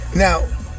Now